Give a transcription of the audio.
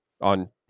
on